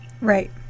right